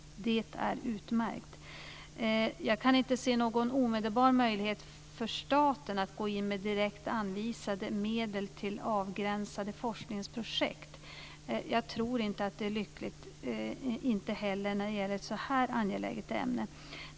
Det är utmärkt. Jag kan inte se någon omedelbar möjlighet för staten att gå in med direkt anvisade medel till avgränsade forskningsprojekt. Jag tror inte att det är lyckligt, inte ens när det gäller ett så här angeläget ämne.